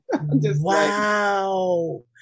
wow